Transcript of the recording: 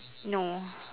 no